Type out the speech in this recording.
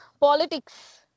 Politics